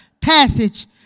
passage